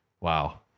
Wow